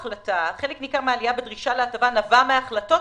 ניכר מהעלייה בדרישה להטבה נבע מהחלטות